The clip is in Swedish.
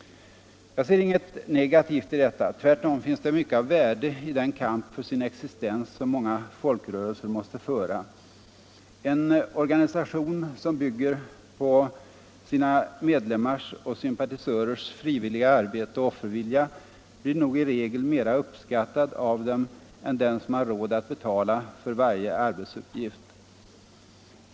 Jag ser inget negativt i detta. Tvärtom finns det mycket av värde i den kamp för sin existens som många folkrörelser måste föra. En organisation som bygger på sina medlemmars och sympatisörers frivilliga arbete och offervilja blir nog i regel mera uppskattad av dem än den organisation som har råd att betala för varje arbetsuppgift.